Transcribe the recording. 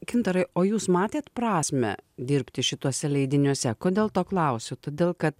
gintarai o jūs matėt prasmę dirbti šituose leidiniuose kodėl to klausiu todėl kad